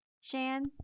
Shan